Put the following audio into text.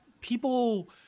People